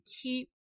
keep